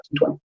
2020